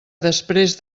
després